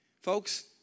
folks